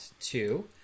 two